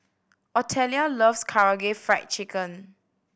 Otelia loves Karaage Fried Chicken